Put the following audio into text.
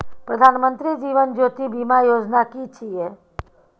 प्रधानमंत्री जीवन ज्योति बीमा योजना कि छिए?